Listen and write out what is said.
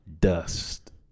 Dust